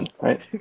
right